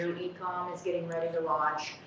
e-comm is getting ready to launch,